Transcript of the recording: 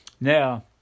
Now